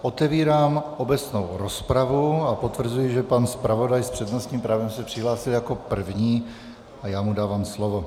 Otevírám obecnou rozpravu a potvrzuji, že pan zpravodaj s přednostním právem se přihlásil jako první, a dávám mu slovo.